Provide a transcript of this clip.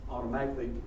Automatically